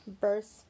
verse